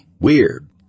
Weird